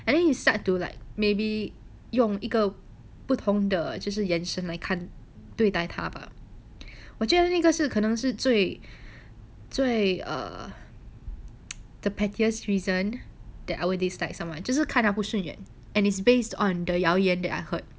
and then you start to like maybe 用一个不同的就是眼神来看对待它吧我觉得那个是可能是最最 um the pettiest reason that I will dislike someone 就是看着不顺眼 and is based on the 谣言 that I heard